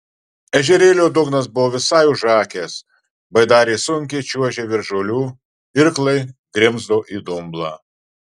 ežerėlio dugnas buvo visai užakęs baidarė sunkiai čiuožė virš žolių irklai grimzdo į dumblą